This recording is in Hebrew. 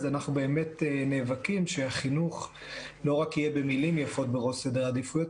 אנחנו באמת נאבקים שהחינוך לא רק יהיה במילים יפות בראש סדר העדיפויות,